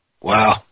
Wow